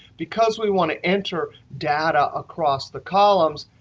because we want to enter data across the columns,